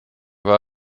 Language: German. war